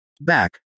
Back